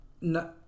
No